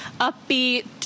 upbeat